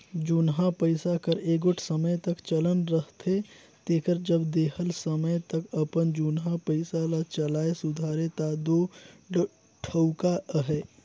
जुनहा पइसा कर एगोट समे तक चलन रहथे तेकर जब देहल समे तक अपन जुनहा पइसा ल चलाए सुधारे ता दो ठउका अहे